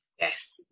Yes